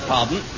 Pardon